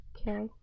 Okay